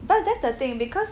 but that's the thing because